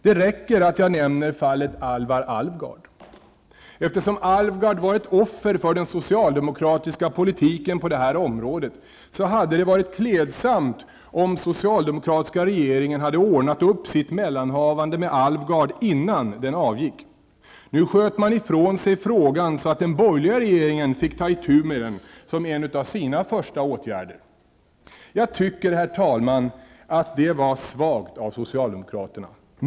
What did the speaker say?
Det räcker att jag nämner fallet Halvar Alvgard. Eftersom Alvgard varit offer för den socialdemokratiska politiken på det här området hade det varit klädsamt om den socialdemokratiska regeringen hade ordnat upp sitt mellanhavande med Alvgard innan den avgick. Nu sköt man ifrån sig frågan så att den borgerliga regeringen fick ta itu med den som en av sina första åtgärder. Jag tycker, herr talman, att detta var svagt av socialdemokraterna.